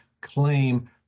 claim